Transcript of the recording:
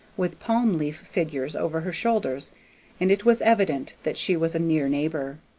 with palm-leaf figures, over her shoulders and it was evident that she was a near neighbor.